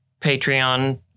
Patreon